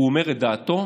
הוא אומר את דעתו,